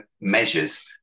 measures